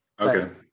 Okay